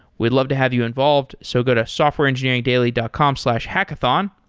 we'd love to have you involved, so go to softwareengineeringdaily dot com slash hackathon,